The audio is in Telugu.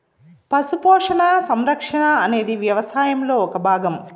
పశు పోషణ, సంరక్షణ అనేది వ్యవసాయంలో ఒక భాగం